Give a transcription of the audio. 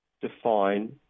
define